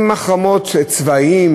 הם חרמות צבאיים,